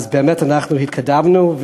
אז באמת אנחנו התקדמנו,